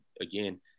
again